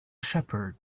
shepherd